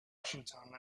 washington